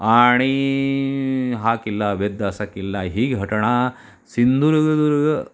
आणि हा किल्ला अभेद्य असा किल्ला ही घटना सिंधूदु